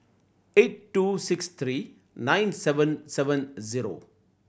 eight two six three nine seven seven zero